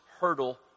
hurdle